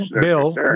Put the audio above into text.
bill